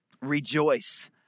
rejoice